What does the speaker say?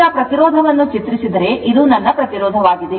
ಈಗ ಪ್ರತಿರೋಧವನ್ನು ಚಿತ್ರಿಸಿದರೆ ಇದು ನನ್ನ ಪ್ರತಿರೋಧವಾಗಿದೆ